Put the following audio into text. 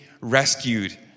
rescued